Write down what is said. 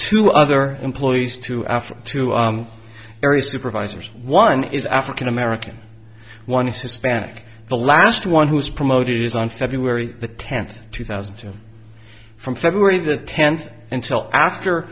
to other employees to africa to various supervisors one is african american one is hispanic the last one who was promoted is on february the tenth two thousand and two from february the tenth until after